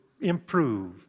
improve